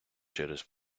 через